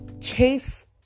chase